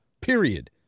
period